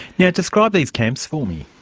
yeah describe these camps for me.